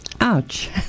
ouch